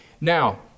Now